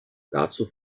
dazu